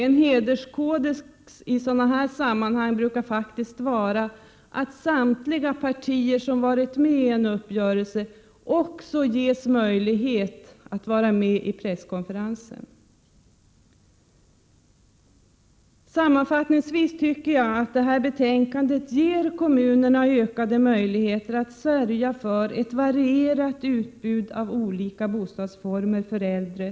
En hederskodex i sådana här sammanhang brukar faktiskt kräva att samtliga partier som har varit med om en uppgörelse också ges möjlighet att delta vid presskonferensen. Sammanfattningsvis vill jag säga att jag tycker att ett genomförande av utskottsförslaget skulle ge kommunerna möjligheter att sörja för ett varierat utbud av bostäder för äldre.